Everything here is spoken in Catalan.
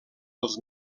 dels